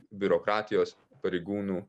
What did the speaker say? biurokratijos pareigūnų